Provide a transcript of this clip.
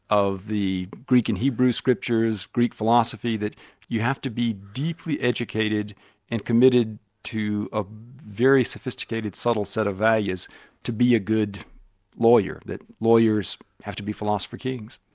of the greek and hebrew scriptures, greek philosophy that you have to be deeply educated and committed to a very sophisticated, subtle set of values to be a good lawyer. that lawyers have to be philosopher-kings.